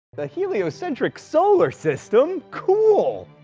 the heliocentric solar system? cool.